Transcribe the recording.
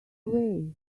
away